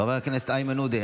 חבר הכנסת איימן עודה,